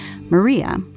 Maria